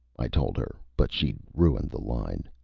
i told her. but she'd ruined the line.